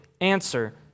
answer